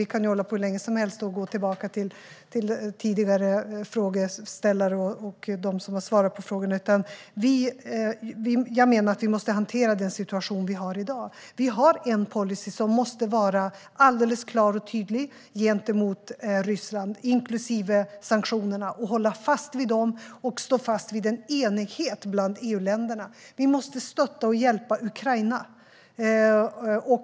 Vi kan hålla på hur länge som helst och gå tillbaka till tidigare frågeställare och dem som har svarat på frågorna. Jag menar att vi måste hantera den situation vi har i dag. Vi har en policy som måste vara alldeles klar och tydlig gentemot Ryssland inklusive sanktionerna och hålla fast vid dem och stå fast vid denna enighet bland EU-länderna. Vi måste stötta och hjälpa Ukraina.